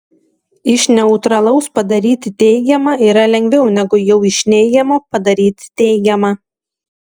iš neutralaus padaryti teigiamą yra lengviau negu jau iš neigiamo padaryti teigiamą